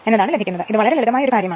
അതിനാൽ ഇത് ലളിതമായ കാര്യമാണ്